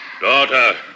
Daughter